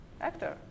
actor